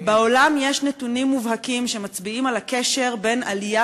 בעולם יש נתונים מובהקים שמצביעים על הקשר בין עלייה